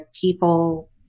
people